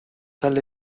tal